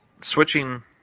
switching